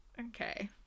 Okay